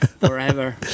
forever